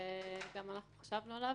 גם אנחנו חשבנו עליו.